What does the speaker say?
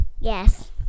yes